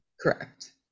Correct